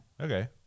Okay